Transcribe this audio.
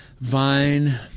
vine